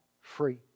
free